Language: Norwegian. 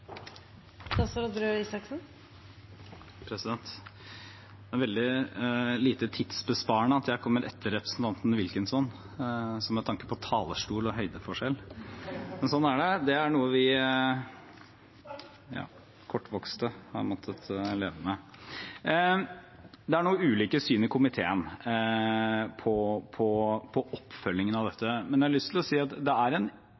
veldig lite tidsbesparende at jeg kommer etter representanten Wilkinson, med tanke på talerstol og høydeforskjell! Men sånn er det. Det er noe vi «kortvokste» har måttet leve med. Det er noe ulikt syn i komiteen på oppfølgingen av dette, men jeg har lyst til å si at det er en